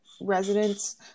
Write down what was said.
residents